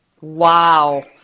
Wow